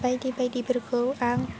बायदि बायदिफोरखौ आं